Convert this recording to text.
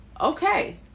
Okay